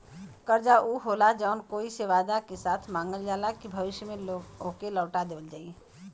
कर्जा ऊ होला जौन कोई से वादा के साथ मांगल जाला कि भविष्य में ओके लौटा देवल जाई